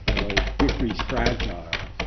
victory's fragile.